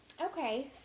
Okay